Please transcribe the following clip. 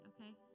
okay